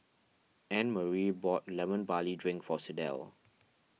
Annemarie bought Lemon Barley Drink for Sydell